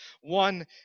One